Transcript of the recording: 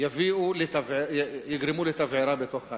אנשים יגרום לתבערה בעיר.